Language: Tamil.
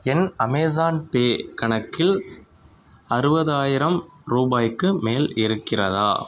என் அமேஸான் பே கணக்கில் அறுபதாயிரம் ரூபாய்க்கு மேல் இருக்கிறதா